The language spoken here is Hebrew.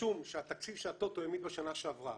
משום שהתקציב שהטוטו העמיד בשנה שעברה,